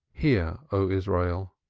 hear, o israel,